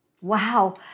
Wow